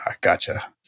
Gotcha